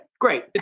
great